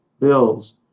bills